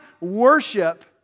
worship